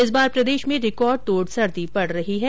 इस बार प्रदेश में रिकॉर्ड तोड़ सर्दी पड़ रही है